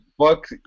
fuck